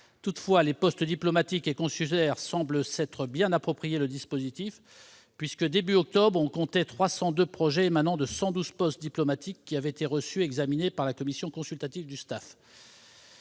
Toutefois, les postes diplomatiques et consulaires semblent s'être bien approprié cet outil, puisque, début octobre, 302 projets émanant de 112 postes diplomatiques avaient été reçus et examinés par la commission consultative du STAFE.